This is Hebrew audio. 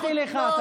נתתי לך.